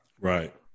right